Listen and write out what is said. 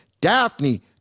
Daphne